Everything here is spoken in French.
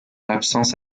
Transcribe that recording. absence